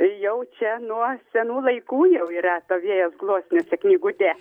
jau čia nuo senų laikų jau yra ta vėjas gluosniuose knygutė